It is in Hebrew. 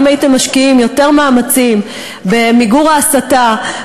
אם הייתם משקיעים יותר מאמצים במיגור ההסתה,